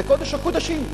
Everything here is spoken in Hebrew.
זה קודש הקודשים,